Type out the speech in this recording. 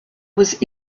was